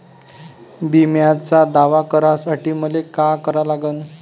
बिम्याचा दावा करा साठी मले का करा लागन?